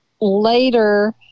Later